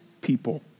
people